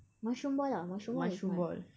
mushroom ball ah mushroom ball is nice